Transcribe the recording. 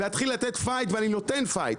להתחיל לתת פייט ואני נותן פייט,